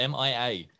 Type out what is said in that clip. MIA